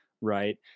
Right